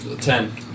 Ten